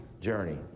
journey